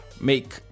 make